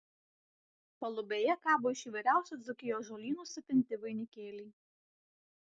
palubėje kabo iš įvairiausių dzūkijos žolynų supinti vainikėliai